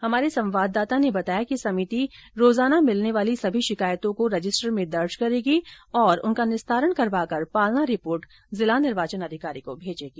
हमारे संवाददाता ने बताया कि समिति प्रतिदिन प्राप्त होने वाली सभी शिकायतों को रजिस्ट्र में दर्ज करेगी और उनका निस्तारण करवाकर पालना रिपोर्ट जिला निर्वाचन अधिकारी को भेजेगी